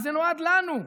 אז זה נועד לנו,